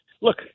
Look